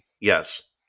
Yes